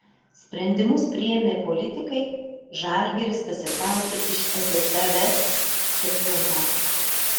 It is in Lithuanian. sprendimus priėmė politikai žalgiris pasitraukė iš ssrs čempionato